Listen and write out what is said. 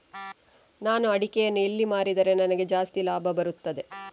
ನಾನು ಅಡಿಕೆಯನ್ನು ಎಲ್ಲಿ ಮಾರಿದರೆ ನನಗೆ ಜಾಸ್ತಿ ಲಾಭ ಬರುತ್ತದೆ?